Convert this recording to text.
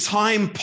time